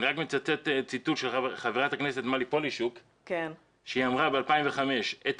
אני רק מצטט ציטוט של ח"כ מלי פולישוק שאמרה ב-2005: 'את